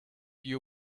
you